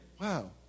Wow